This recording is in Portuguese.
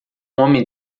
homem